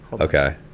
Okay